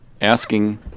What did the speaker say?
asking